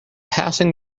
passing